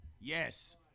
Yes